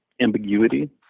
ambiguity